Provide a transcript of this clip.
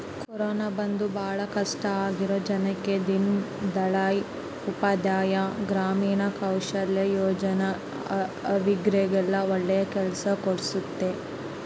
corona ಬಂದು ಭಾಳ ಕಷ್ಟ ಆಗಿರೋ ಜನಕ್ಕ ದೀನ್ ದಯಾಳ್ ಉಪಾಧ್ಯಾಯ ಗ್ರಾಮೀಣ ಕೌಶಲ್ಯ ಯೋಜನಾ ಅವ್ರಿಗೆಲ್ಲ ಒಳ್ಳೆ ಕೆಲ್ಸ ಕೊಡ್ಸುತ್ತೆ